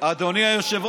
אדוני היושב-ראש,